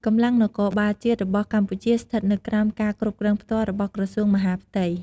កម្លាំងនគរបាលជាតិរបស់កម្ពុជាស្ថិតនៅក្រោមការគ្រប់គ្រងផ្ទាល់របស់ក្រសួងមហាផ្ទៃ។